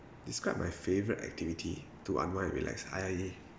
describe my favourite activity to unwind and relax I